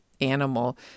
animal